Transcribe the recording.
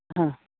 ꯑꯥ